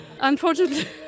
Unfortunately